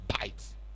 bites